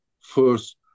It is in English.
first